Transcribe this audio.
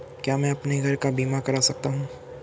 क्या मैं अपने घर का बीमा करा सकता हूँ?